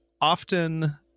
often